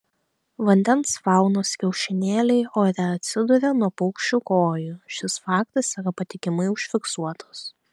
vandens faunos kiaušinėliai ore atsiduria nuo paukščių kojų šis faktas yra patikimai užfiksuotas